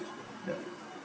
yup